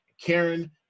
Karen